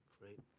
Great